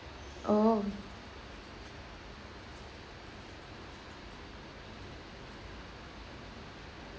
oh